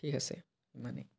ঠিক আছে ইমানেই